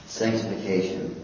sanctification